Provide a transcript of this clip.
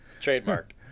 trademark